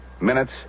minutes